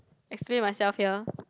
explain myself here